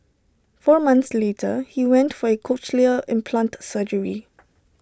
four months later he went for cochlear implant surgery